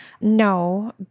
no